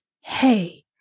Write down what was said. hey